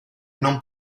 non